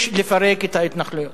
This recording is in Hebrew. יש לפרק את ההתנחלויות.